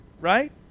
right